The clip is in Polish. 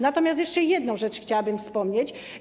Natomiast jeszcze jedną rzecz chciałabym wspomnieć.